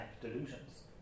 delusions